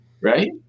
right